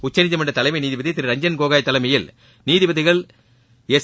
உச்சநீதிமன்ற தலைமை நீதிபதி ரஞ்சன் கோகோய் தலைமையில் நீதிபதிகள் எஸ்